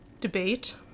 debate